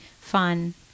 fun